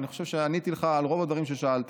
אני חושב שעניתי לך על רוב הדברים ששאלת.